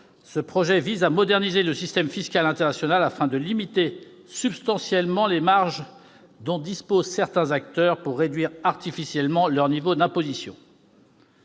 ce projet vise à moderniser le système fiscal international, afin de limiter substantiellement les marges dont disposent certains acteurs pour réduire artificiellement leur niveau d'imposition.